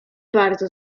bardzo